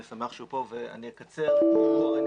אני שמח שהוא כאן, הוא המומחה.